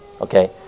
okay